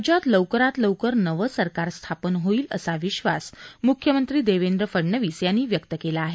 राज्यात लवकरात लवकर नवं सरकार स्थापन होईल असा विश्वास म्ख्यमंत्री देवेंद्र फडनवीस यांनी व्यक्त केला आहे